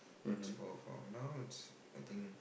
but for for now it's I think